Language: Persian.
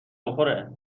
بخوره